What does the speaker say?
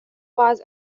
was